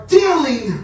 dealing